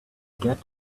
get